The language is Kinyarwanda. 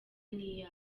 n’iyo